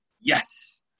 Yes